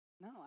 No